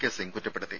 K Singh കുറ്റപ്പെടുത്തി